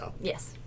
Yes